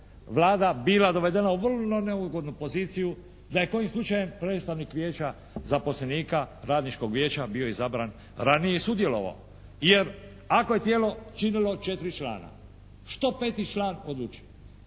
Vlada bila dovedena u vrlo neugodnu poziciju da je kojim slučajem predstavnik Vijeća zaposlenika Radničkog vijeća bio izabran ranije i sudjelovao. Jer ako je tijelo činilo 4 člana što peti član odlučuje?